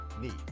need